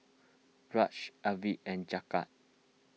Raj Arvind and Jagat